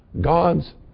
God's